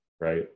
right